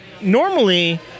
normally